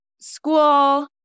school